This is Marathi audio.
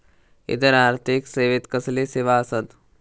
इतर आर्थिक सेवेत कसले सेवा आसत?